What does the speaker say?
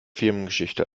firmengeschichte